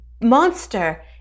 monster